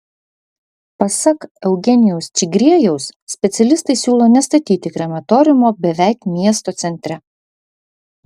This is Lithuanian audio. pasak eugenijaus čigriejaus specialistai siūlo nestatyti krematoriumo beveik miesto centre